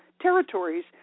territories